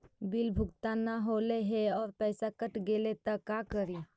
Bill भुगतान न हौले हे और पैसा कट गेलै त का करि?